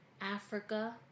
Africa